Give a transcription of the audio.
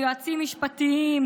על יועצים משפטיים,